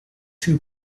two